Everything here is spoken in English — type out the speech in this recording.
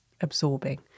absorbing